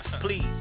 Please